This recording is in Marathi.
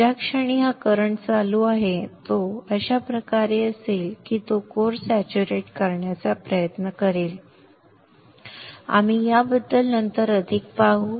ज्या क्षणी हा करंट चालू आहे तो अशा प्रकारे असेल की तो कोर सॅच्युरेट करण्याचा प्रयत्न करेल आम्ही याबद्दल नंतर अधिक पाहू